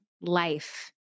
life